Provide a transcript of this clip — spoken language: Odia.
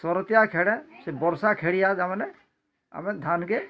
ସରତିଆ ଖେଡ଼ା ସେ ବର୍ଷା ଖେଡ଼ିଆ ତାମାନେ ଆମେ ଧାନ୍ କେ